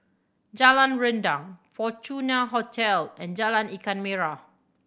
Jalan Rendang Fortuna Hotel and Jalan Ikan Merah